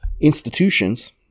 institutions